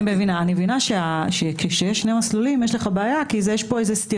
אני מבינה שכאשר יש שני מסלולים יש לך בעיה כי יש פה סתירה.